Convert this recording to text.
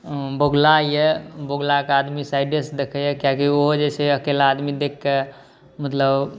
बगुला यए बगुलाकेँ आदमी साइडेसँ देखैए किआकि ओ जे छै अकेला आदमी देखिके मतलब